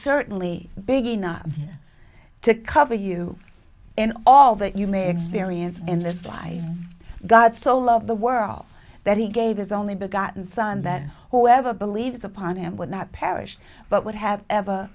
certainly big enough to cover you in all that you may experience in this life god so loved the world that he gave his only begotten son that whoever believes upon him would not perish but would have ever